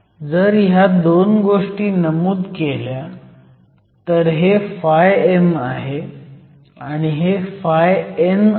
जर ह्या दोन गोष्टी नमूद केल्या तर हे φm आहे आणि हे φn आहे